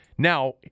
Now